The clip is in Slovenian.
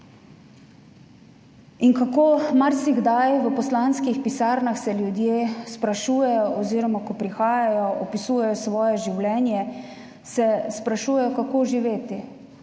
Marsikdaj se v poslanskih pisarnah ljudje sprašujejo oziroma ko prihajajo, opisujejo svoje življenje, sprašujejo, kako živeti.